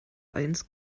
eins